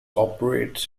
operates